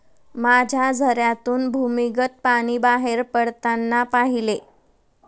मी झऱ्यातून भूमिगत पाणी बाहेर पडताना पाहिले